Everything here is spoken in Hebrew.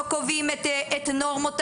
לא קובעים את נורמות